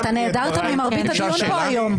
נעדרת ממרבית הדיון פה היום,